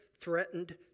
threatened